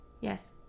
yes